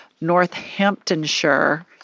Northamptonshire